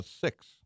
six